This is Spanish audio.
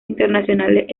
internacionales